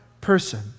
person